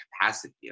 capacity